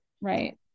right